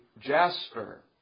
jasper